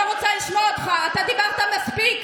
לא רוצה לשמוע אותך, אתה דיברת מספיק.